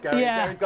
yeah,